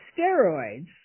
steroids